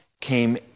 came